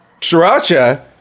Sriracha